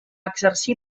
exercir